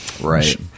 right